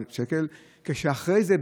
ואחרי זה,